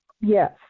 Yes